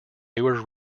newer